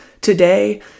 today